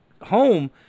home